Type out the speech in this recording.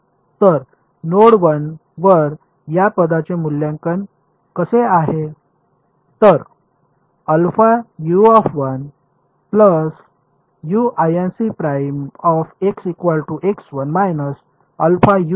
तर नोड 1 वर या पदाचे मूल्यांकन कसे आहे